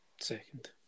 Second